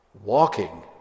walking